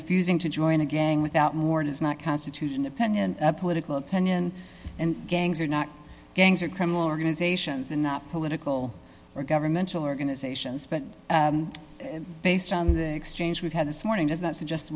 refusing to join a gang without more does not constitute an opinion political opinion and gangs are not gangs or criminal organizations and not political or governmental organizations but based on the exchange we've had this morning does not suggest